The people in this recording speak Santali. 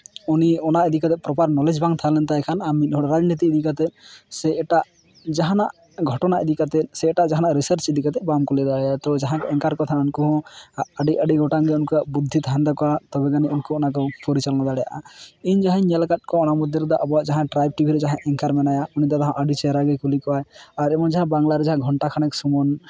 ᱩᱱᱤ ᱚᱱᱟ ᱤᱫᱤ ᱠᱟᱛᱮᱫ ᱯᱨᱚᱯᱟᱨ ᱱᱚᱞᱮᱡᱽ ᱵᱟᱝ ᱛᱟᱦᱮᱸ ᱞᱮᱱ ᱛᱟᱭ ᱠᱷᱟᱱ ᱟᱨ ᱢᱤᱫ ᱦᱚᱲ ᱨᱟᱡᱽᱱᱤᱛᱤ ᱤᱫᱤ ᱠᱟᱛᱮᱫ ᱥᱮ ᱮᱴᱟᱜ ᱡᱟᱦᱟᱱᱟᱜ ᱜᱷᱚᱴᱚᱱᱟ ᱤᱫᱤ ᱠᱟᱛᱮᱫ ᱥᱮ ᱮᱴᱟᱜ ᱡᱟᱦᱟᱱᱟᱜ ᱨᱤᱥᱟᱨᱪ ᱤᱫᱤ ᱠᱟᱛᱮᱫ ᱵᱟᱝ ᱠᱚ ᱞᱟᱹᱭ ᱫᱟᱲᱮᱭᱟᱼᱟ ᱛᱚᱵᱮ ᱡᱟᱦᱟᱸᱭ ᱮᱝᱠᱟᱨ ᱠᱚ ᱛᱟᱦᱮᱱᱟ ᱩᱱᱠᱩ ᱦᱚᱸ ᱟᱹᱰᱤ ᱟᱹᱰᱤ ᱜᱚᱴᱟᱝᱜᱮ ᱩᱱᱠᱩᱣᱟᱜ ᱵᱩᱫᱽᱫᱷᱤ ᱛᱟᱦᱮᱱ ᱛᱟᱠᱚᱣᱟ ᱛᱚᱵᱮ ᱡᱟᱹᱱᱤᱡ ᱩᱱᱠᱩ ᱚᱱᱟᱠᱚ ᱯᱚᱨᱤᱪᱟᱞᱚᱱᱟ ᱫᱟᱲᱮᱭᱟᱜᱼᱟ ᱤᱧ ᱡᱟᱦᱟᱸᱧ ᱧᱮᱞ ᱟᱠᱟᱫ ᱠᱚᱣᱟ ᱚᱱᱟ ᱢᱚᱫᱽᱫᱷᱮ ᱨᱮᱫᱚ ᱟᱵᱣᱟᱜ ᱡᱟᱦᱟᱸ ᱴᱨᱟᱭᱤᱵᱷ ᱴᱤᱵᱷᱤᱨᱮ ᱡᱟᱦᱟᱸᱭ ᱮᱝᱠᱟᱨ ᱢᱮᱱᱟᱭᱟ ᱩᱱᱤ ᱫᱟᱫᱟ ᱦᱚᱸ ᱟᱹᱰᱤ ᱪᱮᱦᱨᱟᱜᱮ ᱠᱩᱞᱤ ᱠᱚᱣᱟᱭ ᱟᱨ ᱩᱱᱤ ᱡᱟᱦᱟᱸᱭ ᱵᱟᱝᱞᱟᱨᱮ ᱜᱷᱚᱱᱴᱟ ᱠᱷᱟᱱᱮᱠ ᱥᱩᱢᱚᱱ